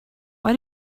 why